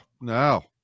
no